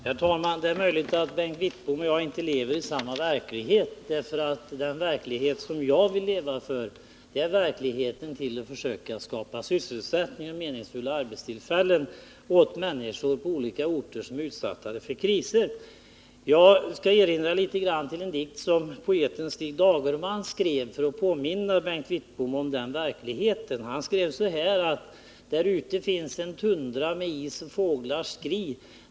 Herr talman! Det är möjligt att Bengt Wittbom och jag inte lever i samma verklighet. Den verklighet jag vill leva för är verkligheten att försöka skapa sysselsättning och meningsfulla arbetstillfällen åt människor på olika orter som är utsatta för kriser. Jag vill erinra om en dikt som poeten Stig Dagerman skrev och därmed försöka påminna Bengt Wittbom om den verkligheten: Där ute finns en tundra med is och fåglars skri.